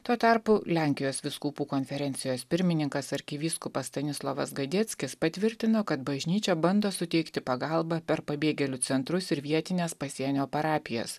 tuo tarpu lenkijos vyskupų konferencijos pirmininkas arkivyskupas stanislavas gadeckis patvirtino kad bažnyčia bando suteikti pagalbą per pabėgėlių centrus ir vietines pasienio parapijas